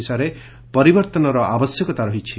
ଓଡିଶାରେ ପରିବର୍ତ୍ତନର ଆବଶ୍ୟକତା ରହିଛି